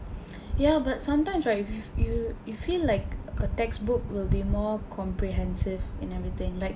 ya but sometimes right you you feel like a textbook will be more comprehensive in everything like